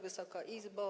Wysoka Izbo!